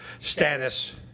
status